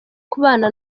kubana